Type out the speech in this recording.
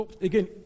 again